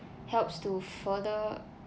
helps to further